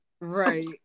Right